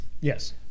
Yes